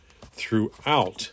throughout